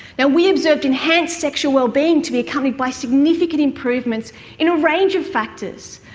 and we observed enhanced sexual well-being to be accompanied by significant improvements in a range of factors,